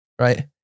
Right